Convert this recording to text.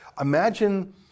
imagine